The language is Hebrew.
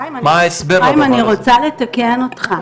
חיים אני רוצה לתקן אותך,